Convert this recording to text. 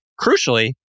crucially